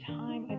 time